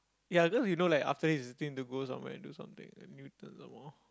ya then you know like after this you still need to go somewhere to do something at Newton some more